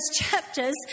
chapters